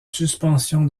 suspensions